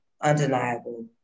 undeniable